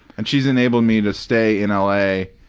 and she's enabled me to stay in l. a.